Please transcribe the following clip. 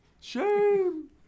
Shame